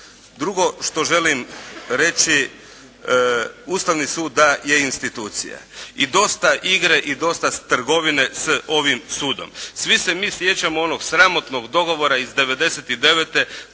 Drugo što želim reći, Ustavi sud da je institucija i dosta igre i dosta trgovine s ovim sudom. Svi se mi sjećamo onog sramotnog dogovora iz 99. prije